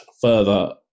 further